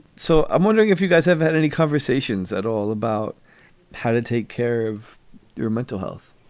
so i'm wondering if you guys have had any conversations at all about how to take care of your mental health?